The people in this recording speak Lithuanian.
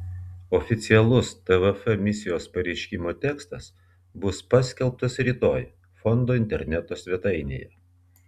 oficialus tvf misijos pareiškimo tekstas bus paskelbtas rytoj fondo interneto svetainėje